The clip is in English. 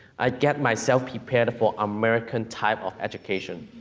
i get myself prepared for american type of education.